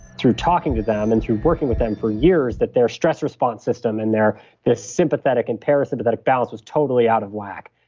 through talking to them and through working with them for years, that their stress response system and their sympathetic and parasympathetic balance was totally out of whack.